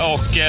Och